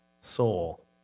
soul